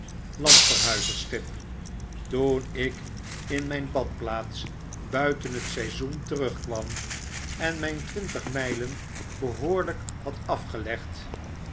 landverhuizersschip toen ik in myn badplaats buiten t seizoen terugkwam en myn twintig mijlen behoorlyk had afgelegd